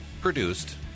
produced